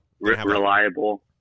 Reliable